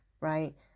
right